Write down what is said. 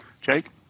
Jake